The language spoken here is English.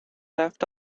left